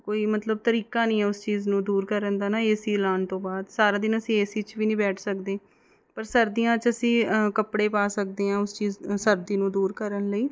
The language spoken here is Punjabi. ਕੋਈ ਮਤਲਬ ਤਰੀਕਾ ਨਹੀਂ ਆ ਉਸ ਚੀਜ਼ ਨੂੰ ਦੂਰ ਕਰਨ ਦਾ ਨਾ ਏ ਸੀ ਲਾਉਣ ਤੋਂ ਬਾਅਦ ਸਾਰਾ ਦਿਨ ਅਸੀਂ ਏ ਸੀ 'ਚ ਵੀ ਨਹੀਂ ਬੈਠ ਸਕਦੇ ਪਰ ਸਰਦੀਆਂ 'ਚ ਅਸੀਂ ਕੱਪੜੇ ਪਾ ਸਕਦੇ ਹਾਂ ਉਸ ਚੀਜ਼ ਸਰਦੀ ਨੂੰ ਦੂਰ ਕਰਨ ਲਈ